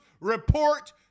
report